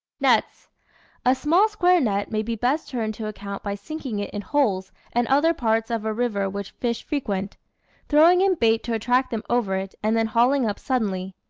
nets a small square net may be best turned to account by sinking it in holes and other parts of a river which fish frequent throwing in bait to attract them over it and then hauling up suddenly.